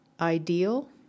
ideal